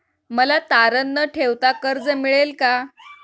मला तारण न ठेवता कर्ज मिळेल का?